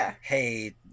hey